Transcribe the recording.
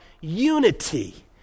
unity